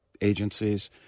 agencies